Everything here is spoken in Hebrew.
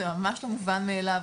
זה ממש לא מובן מאליו,